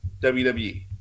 WWE